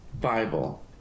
Bible